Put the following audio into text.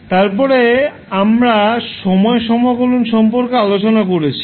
তারপরে আমরা সময় সমাকলন সম্পর্কে আলোচনা করেছি